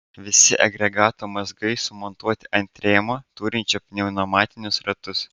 visi agregato mazgai sumontuoti ant rėmo turinčio pneumatinius ratus